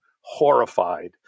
horrified